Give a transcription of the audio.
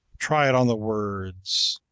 try it on the words